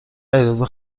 علیرضا